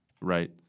right